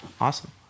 Awesome